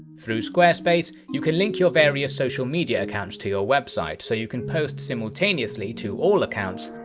through squarespace, you can link your various social media accounts to your website so you can post simultaneously to all accounts,